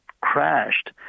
crashed